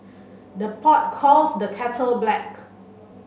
the pot calls the kettle black